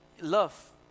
love